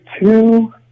two